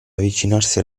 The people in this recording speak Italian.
avvicinarsi